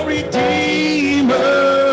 Redeemer